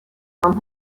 from